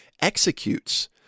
executes